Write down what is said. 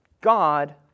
God